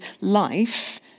life